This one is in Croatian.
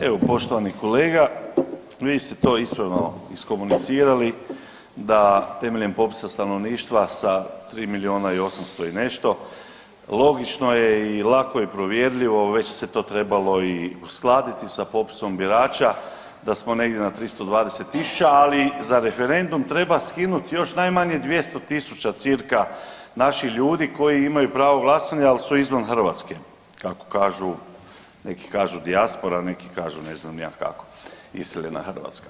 Evo poštovani kolega vi ste to ispravno iskomunicirali da temeljem popisa stanovništva sa tri milijuna i 800 i nešto logično je i lako je provjerljivo, već se to trebalo i uskladiti sa popisom birača da smo negdje na 320000, ali za referendum treba skinuti još najmanje 200 000 cirka naših ljudi koji imaju pravo glasanja ali su izvan Hrvatske kako kažu neki kažu dijaspora, neki kažu ne znam ni ja kako iseljena Hrvatska.